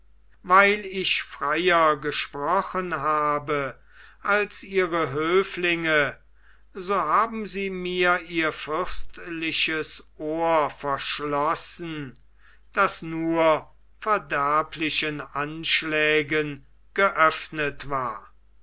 weil ich freier gesprochen habe als ihre höflinge so haben sie mir ihr fürstliches ohr verschlossen das nur verderblichen anschlägen geöffnet war